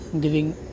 giving